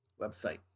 website